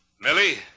Millie